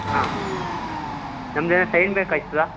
ಹಾಂ ನಮ್ದೇನೂ ಸೈನ್ ಬೇಕಾಗ್ತದಾ